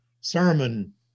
sermon